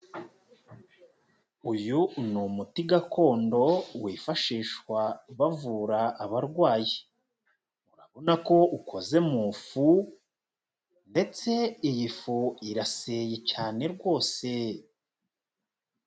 Uyu ni umuti gakondo wifashishwa bavura abarwayi, urabona ko ukoze mu fu, ndetse iyi fu iraseye cyane rwose.